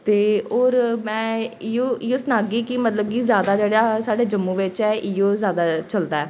ते होर में इ'यै इ'यै सनाह्गी कि मतलब कि जादा जेह्का ऐ होर जेह्ड़ा साढ़े जम्मू बिच ऐ ते इ'यै जादा चलदा ऐ